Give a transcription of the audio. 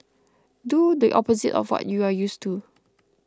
do the opposite of what you are used to